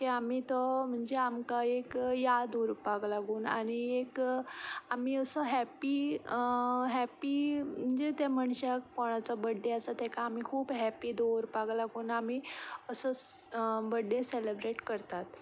की आमी तो म्हणजे आमकां एक याद उरपाक लागून आनी एक आमी असो हॅप्पी हॅप्पी म्हणजे त्या मनशाक त्या कोणाचो बर्थडे आसा ताका आमी खूब हॅप्पी दवरपाक लागून आमी असो बर्थडे सेलीब्रेट करतात